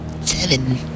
Seven